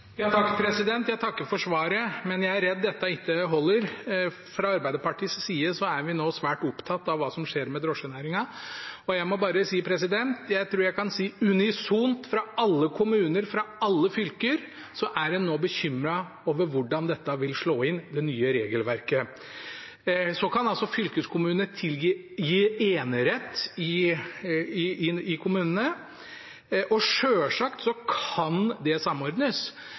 Jeg takker for svaret, men jeg er redd dette ikke holder. Fra Arbeiderpartiets side er vi nå svært opptatt av hva som skjer med drosjenæringen, og jeg tror jeg kan si at unisont – fra alle kommuner, fra alle fylker – er en nå bekymret over hvordan det nye regelverket vil slå inn. Så kan fylkeskommunene gi enerett i kommunene, og selvsagt kan det samordnes, men i et fylke med mange kommuner – og det er det i alle fylkene – vil det